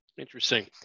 Interesting